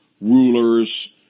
rulers